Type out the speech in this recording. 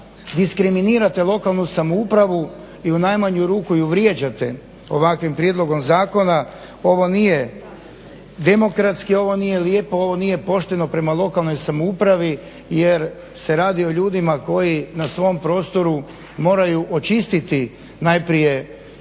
diskriminirate lokalnu samoupravu i u najmanju ruku je vrijeđate ovakvim prijedlogom zakona. Ovo nije demokratski, ovo nije lijepo, ovo nije pošteno prema lokalnoj samoupravi jer se radi o ljudima koji na svom prostoru moraju očistiti najprije knjige